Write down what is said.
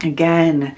again